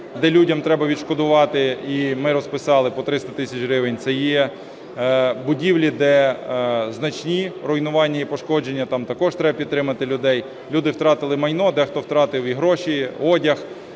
де людям треба відшкодувати, і ми розписали по 300 тисяч гривень – це є будівлі, де значні руйнування і пошкодження, там також треба підтримати людей. Люди втратили майно, дехто втратив і гроші, одяг.